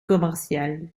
commerciale